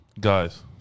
guys